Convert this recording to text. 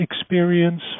experience